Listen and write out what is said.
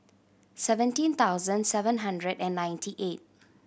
seventeen thousand seven hundred and ninety eight